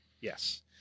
yes